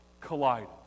collided